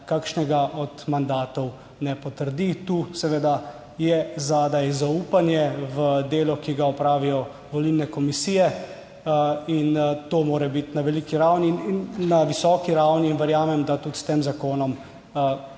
kakšnega od mandatov ne potrdi. Tu je zadaj zaupanje v delo, ki ga opravijo volilne komisije. To mora biti na visoki ravni in verjamem, da tudi s tem zakonom to raven